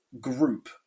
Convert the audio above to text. group